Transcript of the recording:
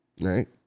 Right